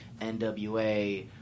NWA